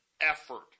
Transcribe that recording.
effort